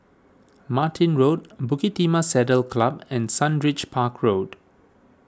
Martin Road Bukit Timah Saddle Club and Sundridge Park Road